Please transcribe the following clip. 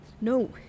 No